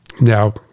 now